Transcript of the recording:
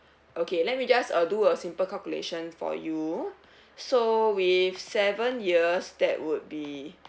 okay let me just uh do a simple calculation for you so with seven years that would be